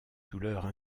douleurs